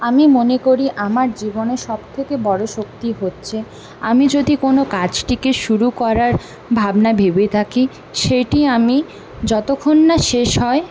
আমি মনে করি আমার জীবনে সবথেকে বড় শক্তি হচ্ছে আমি যদি কোনো কাজটিকে শুরু করার ভাবনা ভেবে থাকি সেটি আমি যতক্ষণ না শেষ হয়